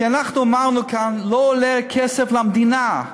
כי אנחנו אמרנו כאן: לא עולה כסף למדינה.